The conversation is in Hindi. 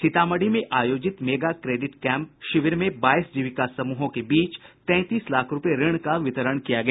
सीतामढ़ी में आयोजित मेगा क्रेडिट कैंप शिविर में बाईस जीविका समूहों के बीच तैंतीस लाख रूपये ऋण का वितरण किया गया